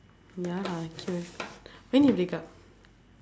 ya lah true when you wake up